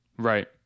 Right